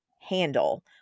handle